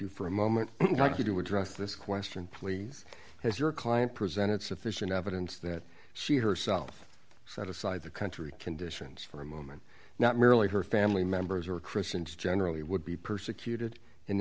you for a moment like you to address this question please has your client presented sufficient evidence that she herself set aside the country conditions for a moment not merely her family members or christians generally would be persecuted